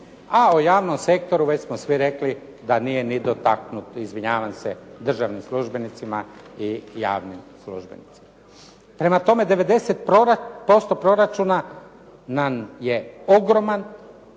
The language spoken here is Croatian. a o javnom sektoru već smo svi rekli da nije ni dotaknut, izvinjavam se državnim službenicima i javnim službenicima. Prema tome, 90% proračuna nam je ogroman,